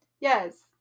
Yes